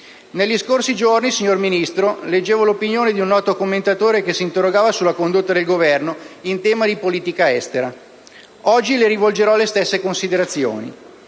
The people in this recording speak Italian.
Negli scorsi giorni, signora Ministro, leggevo l'opinione di un noto commentatore che si interrogava sulla condotta del Governo in tema di politica estera. Oggi le rivolgerò le stesse domande.